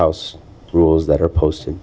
house rules that are posted